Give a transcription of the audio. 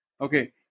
okay